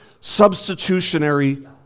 substitutionary